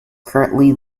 currently